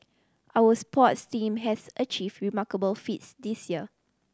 our sports team has achieved remarkable feats this year